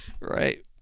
Right